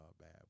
bad